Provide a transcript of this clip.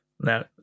Now